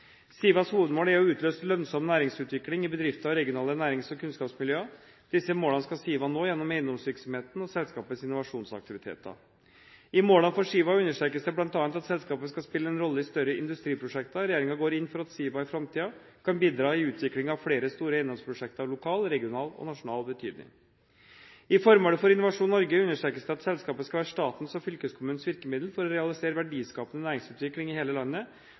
SIVAs hovedmål er å utløse lønnsom næringsutvikling i bedrifter og regionale nærings- og kunnskapsmiljøer. Disse målene skal SIVA nå gjennom eiendomsvirksomheten og selskapets innovasjonsaktiviteter. I målene for SIVA understrekes det bl.a. at selskapet skal spille en rolle i større industriprosjekter. Regjeringen går inn for at SIVA i framtiden kan bidra i utviklingen av flere store eiendomsprosjekter av lokal, regional og nasjonal betydning. I formålet for Innovasjon Norge understrekes det at selskapet skal være statens og fylkeskommunenes virkemiddel for å realisere verdiskapende næringsutvikling i hele landet,